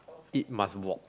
it must walk